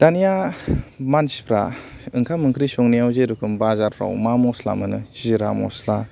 दानिया मानसिफोरा ओंखाम ओंख्रि संनायाव जे रोखोम बाजारफोराव मा मस्ला मोनो जिरा मस्ला